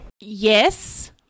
Yes